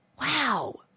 wow